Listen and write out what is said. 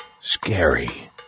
scary